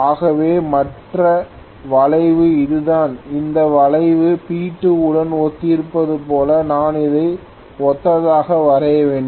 ஆகவே மற்ற வளைவு இதுதான் இந்த வளைவு P2 உடன் ஒத்திருப்பது போல நான் இதை ஒத்ததாக வரைய வேண்டும்